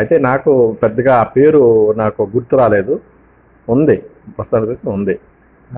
అయితే నాకు పెద్దగా ఆ పేరు నాకు గుర్తు రాలేదు ఉంది ప్రస్తుతానికి అయితే ఉంది